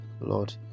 Lord